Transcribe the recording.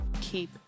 keep